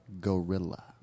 Gorilla